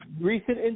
recent